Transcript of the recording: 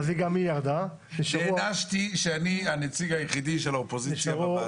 אני הנציג היחיד של האופוזיציה בוועדות.